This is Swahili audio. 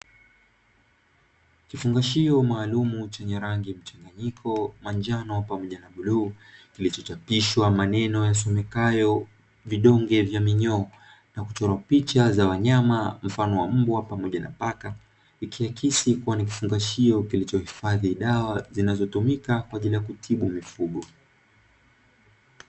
Kifungashio maalumu chenye rangi mchanganyiko manjano pamoja na bluu, kilichochapishwa maneno yasomekayo "vidonge vya minyoo" na kuchorwa picha za wanyama mfano wa mbwa pamoja na paka, ikiakisi kuwa ni kifungashio kilichohifadhi dawa, zinazotumika kwa ajili ya kutibu mifugo.